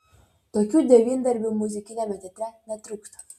tokių devyndarbių muzikiniame teatre netrūksta